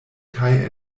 kaj